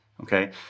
Okay